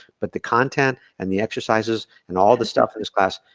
but the content and the exercises and all the stuff for this class,